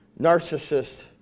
narcissist